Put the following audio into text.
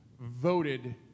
voted